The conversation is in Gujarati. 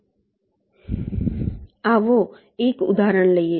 આવો એક ઉદાહરણ લઈએ